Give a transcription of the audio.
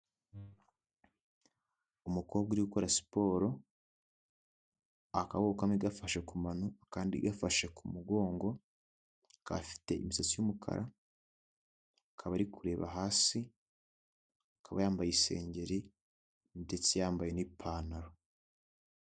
Umukobwa uri ukora siporo, akaboko kamwe gafashe ku mano akandi gafashe ku mugongo, afite imisatsi y'umukara akaba ari kureba hasi, akaba yambaye isengeri ndetse yambaye n'ipantaro.